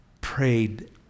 prayed